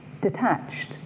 detached